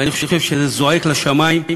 ואני חושב שזה זועק לשמים.